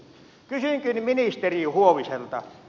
kysynkin ministeri huoviselta